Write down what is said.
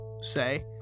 say